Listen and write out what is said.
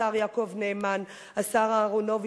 השר יעקב נאמן והשר אהרונוביץ,